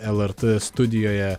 lrt studijoje